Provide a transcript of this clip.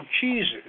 cheeses